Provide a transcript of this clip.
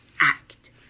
act